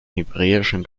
hebräischen